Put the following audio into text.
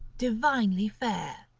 divinely fair.